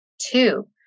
Two